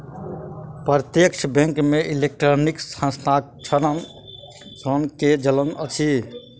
प्रत्यक्ष बैंक मे इलेक्ट्रॉनिक हस्तांतरण के चलन अछि